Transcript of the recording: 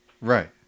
right